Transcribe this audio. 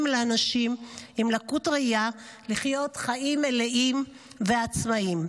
לאנשים עם לקות ראייה לחיות חיים מלאים ועצמאיים.